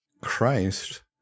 Christ